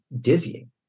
dizzying